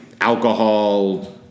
alcohol